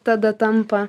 tada tampa